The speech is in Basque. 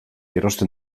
erosten